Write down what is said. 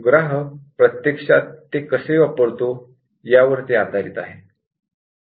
users प्रत्यक्षात software कसे वापरतो यावर ते आधारित आहे